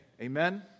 Amen